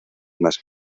más